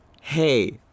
Hey